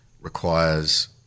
requires